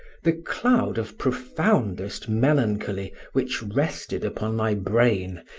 the cloud of profoundest melancholy which rested upon my brain,